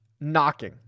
knocking